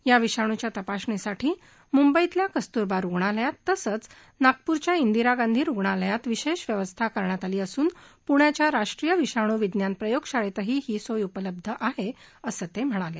या विषाणूच्या तपासणीसाठी मुंबईतल्या कस्तूरबा रूग्णालयात तसंच नागपूरच्या इंदिरा गांधी रूग्णालयात विशेष व्यवस्था करण्यात आली असून पुण्याच्या राष्ट्रीय विषाणू विज्ञान प्रयोगशाळेतही ही सोय उपलब्ध आहे असं ते म्हणाले